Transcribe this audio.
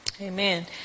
Amen